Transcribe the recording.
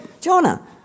Jonah